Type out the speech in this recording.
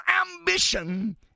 ambition